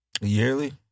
yearly